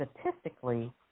statistically